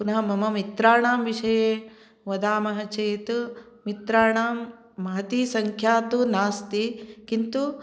पुनः मम मित्राणां विषये वदामः चेत् मित्राणां महती सङ्ख्या तु नास्ति किन्तु